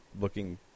looking